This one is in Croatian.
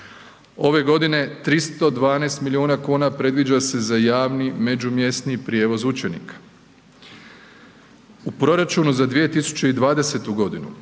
Ove godine 312 milijuna kuna predviđa se za javni, međumjesni prijevoz učenika. U proračunu za 2020.g.